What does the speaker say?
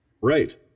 Right